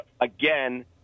again